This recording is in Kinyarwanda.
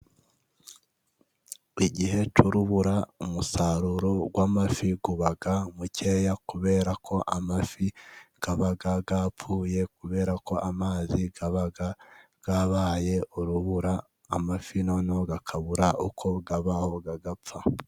Igihe cy'urubura umusaruro w'amafi uba mukeya, kubera ko amafi aba yapfuye kubera ko amazi aba yabaye urubura, amafi noneho akabura uko abaho agapfa.